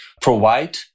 provide